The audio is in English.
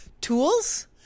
tools